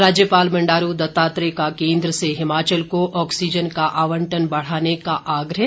राज्यपाल बंडारू दत्तात्रेय का केंद्र से हिमाचल को ऑक्सीजन का आवंटन बढ़ाने का आग्रह